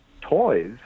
toys